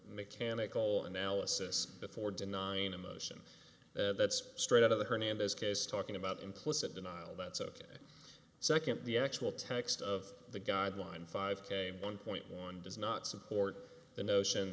mechanical analysis before denying a motion that's straight out of the hernandez case talking about implicit denial that's ok second the actual text of the guideline five k one point one does not support the notion